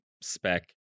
spec